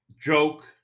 joke